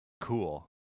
Cool